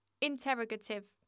interrogative